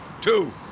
Two